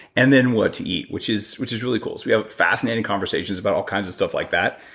and then what to eat, which is which is really cool. we have fascinating conversations about all kinds of stuff like that.